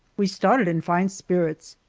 we started in fine spirits,